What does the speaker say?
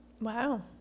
Wow